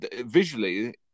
visually